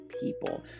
people